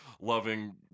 loving